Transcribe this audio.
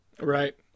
Right